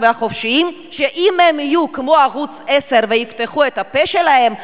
והחופשיים שאם הם יהיו כמו ערוץ-10 ויפתחו את הפה שלהם,